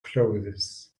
clothes